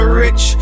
rich